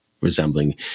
resembling